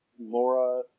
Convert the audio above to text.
Laura